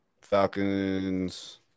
Falcons